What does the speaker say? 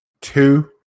two